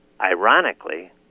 ironically